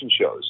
shows